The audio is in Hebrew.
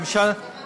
לא הייתי משווה.